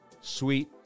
sweet